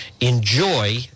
Enjoy